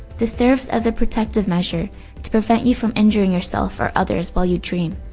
this serves as a protective measure to prevent you from injuring yourself or others while you dream.